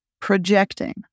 projecting